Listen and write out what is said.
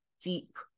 deep